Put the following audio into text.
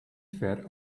ver